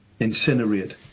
incinerate